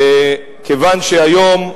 כיוון שהיום,